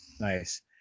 nice